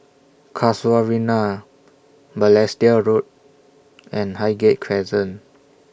Casuarina Balestier Road and Highgate Crescent